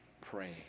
pray